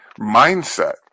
mindset